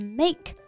make